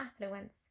affluence